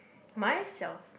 myself